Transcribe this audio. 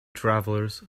travelers